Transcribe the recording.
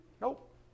Nope